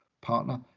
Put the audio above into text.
partner